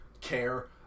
care